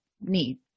need